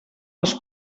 els